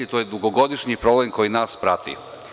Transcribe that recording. To je dugogodišnji problem koji nas prati.